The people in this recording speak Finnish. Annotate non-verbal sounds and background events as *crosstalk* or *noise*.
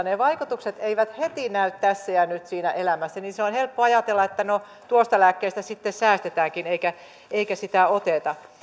*unintelligible* ne vaikutukset eivät heti näy tässä ja nyt siinä elämässä ja on helppo ajatella että no tuosta lääkkeestä sitten säästetäänkin eikä sitä oteta